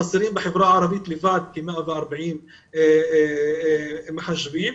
חסרים בחברה הערבית בלבד כ-140,000 מחשבים.